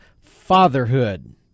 fatherhood